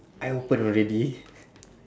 I open already